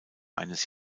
eines